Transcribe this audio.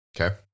okay